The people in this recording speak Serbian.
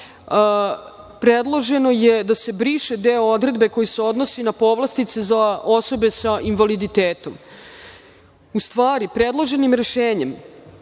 predloženo je da se briše deo odredbe koji se odnosi na povlastice za osobe sa invaliditetom. Predloženim rešenjem